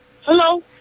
hello